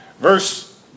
Verse